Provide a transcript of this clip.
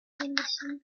initial